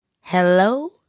Hello